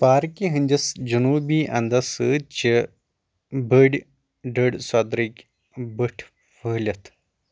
پارکہِ ہنٛدِس جنوبی انٛدَس سۭتۍ چھِ بٔڑ ڈٔڈۍ سوٚدرٕکۍ بٔٹھۍ پھٔہلِتھ